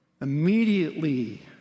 Immediately